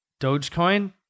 Dogecoin